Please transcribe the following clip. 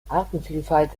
artenvielfalt